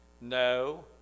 No